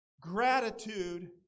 gratitude